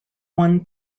one